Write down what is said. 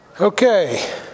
Okay